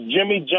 Jimmy